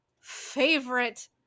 favorite